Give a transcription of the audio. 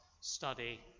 study